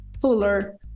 Fuller